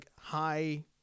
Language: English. high